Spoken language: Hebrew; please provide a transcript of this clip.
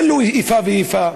איפה ואיפה.